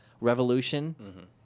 revolution